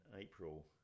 April